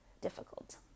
difficult